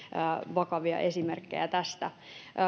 vakavia esimerkkejä tästä